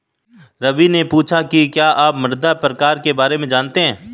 रवि ने पूछा कि क्या आप मृदा प्रकार के बारे में जानते है?